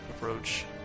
approach